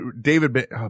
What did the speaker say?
David